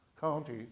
county